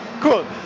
Cool